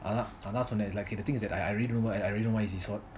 அதன் சொன்னான்:athan sonnan the thing is that I I really don't I really don't why is this what